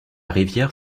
rivière